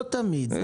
לא תמיד.